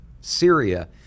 Syria